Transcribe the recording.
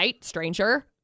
stranger